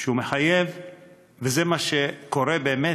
זה מה שקורה באמת,